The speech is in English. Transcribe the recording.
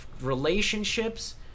relationships